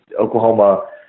Oklahoma